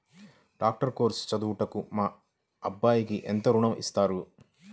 Doctor course చదువుటకు మా అబ్బాయికి ఎంత ఋణం ఇస్తారు?